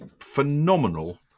phenomenal